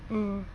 mm